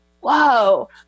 whoa